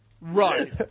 Right